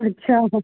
अच्छा